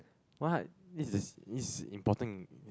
what this is is important